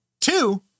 two